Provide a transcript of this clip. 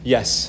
Yes